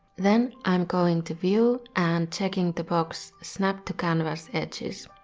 then i'm going to view and checking the box snap to canvas edges.